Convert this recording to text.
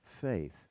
faith